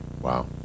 Wow